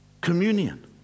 Communion